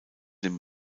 den